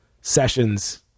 Sessions